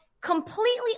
completely